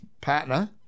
partner